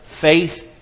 faith